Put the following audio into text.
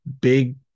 big